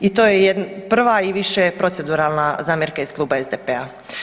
I to je prva i višeproceduralna zamjerka iz Kluba SDP-a.